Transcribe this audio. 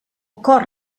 cor